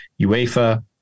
UEFA